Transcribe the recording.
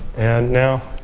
and now,